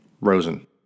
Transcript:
Rosen